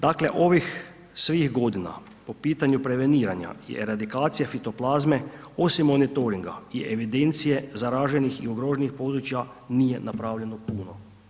Dakle, ovih svih godina, po pitanju preveniranja i radikacije fitoplazme osim one toringa i evidencije zaraženih i ugroženih područja nije napravljeno puno.